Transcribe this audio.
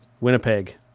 Winnipeg